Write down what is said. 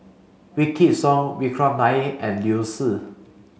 Wykidd Song Vikram Nair and Liu Si